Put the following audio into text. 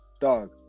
dog